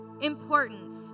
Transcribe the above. importance